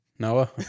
Noah